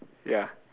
ya